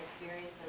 experience